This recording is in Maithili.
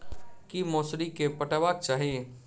की मौसरी केँ पटेबाक चाहि?